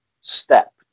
step